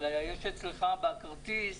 נתוני האשראי בכרטיס